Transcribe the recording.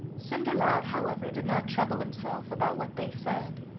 cinderlad, however, did not trouble himself about what they said,